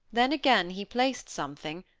then again he placed something,